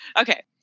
Okay